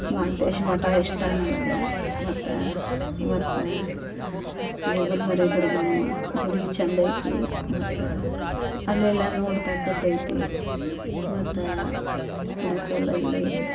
ಮಹಾಂತೇಶ ಮಠ ಇಷ್ಟ ನನಗೆ ಮತ್ತು ಮತ್ತು ಗುಗ್ಗಲಮರಿ ದುರ್ಗಮ್ಮ ಗುಡಿ ಚೆಂದೈತಿ ಮತ್ತ ಅಲ್ಲೆಲ್ಲ ನೋಡತಕ್ಕದ್ದು ಐತಿ ಮತ್ತು ಇಳಕಲ್ಲಲ್ಲಿ